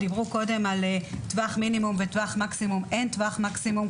דיברו קודם על טווח מינימום וטווח מקסימום אין טווח מקסימום,